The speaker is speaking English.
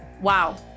wow